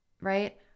right